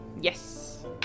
Yes